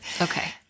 Okay